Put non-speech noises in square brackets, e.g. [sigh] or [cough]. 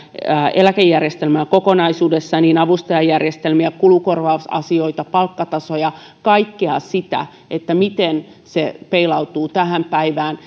eläkejärjestelmää kokonaisuudessaan avustajajärjestelmiä kulukorvausasioita palkkatasoja kaikkea sitä miten se peilautuu tähän päivään [unintelligible]